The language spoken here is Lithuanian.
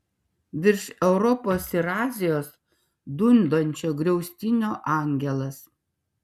virš europos ir azijos dundančio griaustinio angelas